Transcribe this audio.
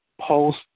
post